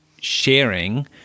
sharing